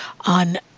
on